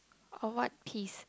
a what peas